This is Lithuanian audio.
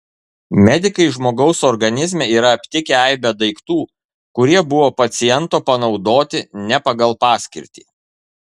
medikai žmogaus organizme yra aptikę aibę daiktų kurie buvo paciento panaudoti ne pagal paskirtį